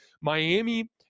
Miami